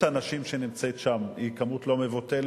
מספר הנשים שנמצאות שם הוא מספר לא מבוטל,